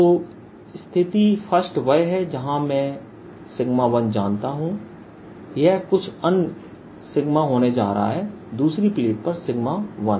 तो स्थिति 1 वह है जहां मैं 1 जानना चाहता हूं यह कुछ अन्य होने जा रहा है दूसरी प्लेट पर 1है